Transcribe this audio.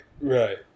right